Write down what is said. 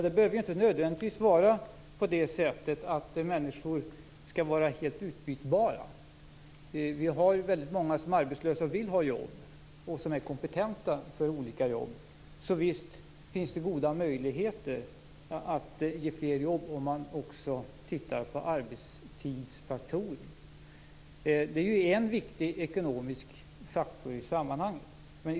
Fru talman! Människor behöver inte nödvändigtvis vara helt utbytbara. Väldigt många människor är arbetslösa och vill ha jobb och är kompetenta för olika jobb, så visst finns det goda möjligheter att skapa fler jobb om man också tittar på arbetstidsfaktorer. Det är en viktig ekonomisk faktor i sammanhanget.